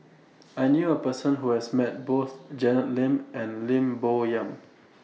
I knew A Person Who has Met Both Janet Lim and Lim Bo Yam